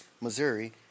Missouri